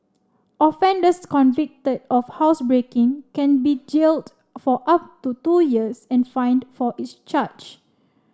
offenders convicted of housebreaking can be jailed for up to two years and fined for each charge